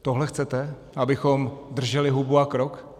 Tohle chcete, abychom drželi hubu a krok?